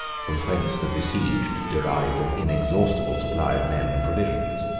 from whence the besieged derived an inexhaustible supply of men and provisions.